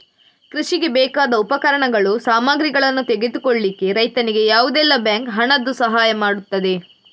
ಕೃಷಿಗೆ ಬೇಕಾದ ಉಪಕರಣಗಳು, ಸಾಮಗ್ರಿಗಳನ್ನು ತೆಗೆದುಕೊಳ್ಳಿಕ್ಕೆ ರೈತನಿಗೆ ಯಾವುದೆಲ್ಲ ಬ್ಯಾಂಕ್ ಹಣದ್ದು ಸಹಾಯ ಮಾಡ್ತದೆ?